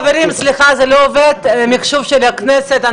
חברים, סליחה, זה לא עובד, המחשוב של הכנסת.